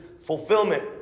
fulfillment